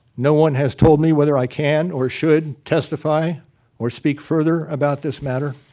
no one has told me whether i can or should testify or speak further about this matter.